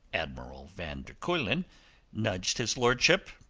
admiral van der kuylen nudged his lordship,